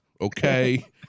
okay